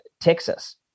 Texas